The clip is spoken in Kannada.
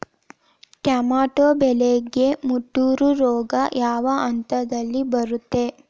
ಟೊಮ್ಯಾಟೋ ಬೆಳೆಗೆ ಮುಟೂರು ರೋಗ ಯಾವ ಹಂತದಲ್ಲಿ ಬರುತ್ತೆ?